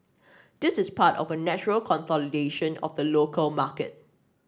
this is part of a natural consolidation of the local market